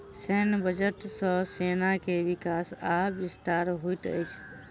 सैन्य बजट सॅ सेना के विकास आ विस्तार होइत अछि